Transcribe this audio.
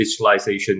digitalization